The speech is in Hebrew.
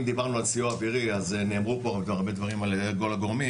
אם דיברנו על סיוע אווירי אז נאמרו פה הרבה דברים על ידי כל הגורמים.